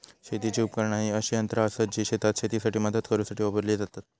शेतीची उपकरणा ही अशी यंत्रा आसत जी शेतात शेतीसाठी मदत करूसाठी वापरली जातत